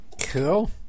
Cool